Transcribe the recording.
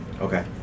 Okay